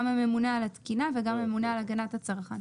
הממונה על התקינה והממונה על הגנת הצרכן.